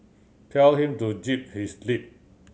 tell him to zip his lip